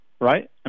Right